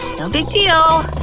no big deal.